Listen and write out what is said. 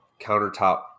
countertop